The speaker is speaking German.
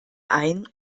ein